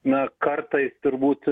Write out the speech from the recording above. na kartais turbūt